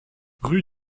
rue